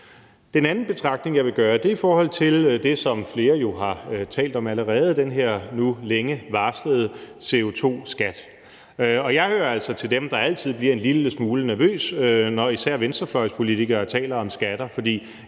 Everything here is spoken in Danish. Den anden betragtning, jeg vil gøre, er i forhold til det, som flere jo har talt om allerede, nemlig den her nu længe varslede CO2-skat. Og jeg hører altså til dem, der altid bliver en lille smule nervøs, når især venstrefløjspolitikere taler om skatter,